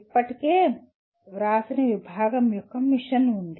ఇప్పటికే వ్రాసిన విభాగం యొక్క మిషన్ ఉంది